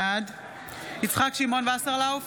בעד יצחק שמעון וסרלאוף,